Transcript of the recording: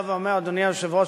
אדוני היושב-ראש,